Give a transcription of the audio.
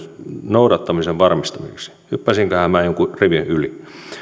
noudattamisen varmistamiseksi hyppäsinköhän minä jonkun rivin yli